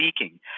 speaking